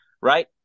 right